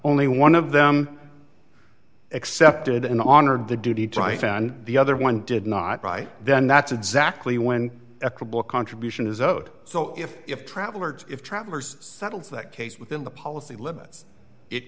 only one of them accepted in the honored the duty try found the other one did not right then that's exactly when equable contribution is owed so if if travelers if travelers settles that case within the policy limits it